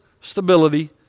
stability